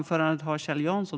Fru talman!